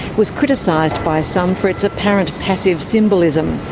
was criticised by some for its apparent passive symbolism.